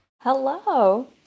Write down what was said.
Hello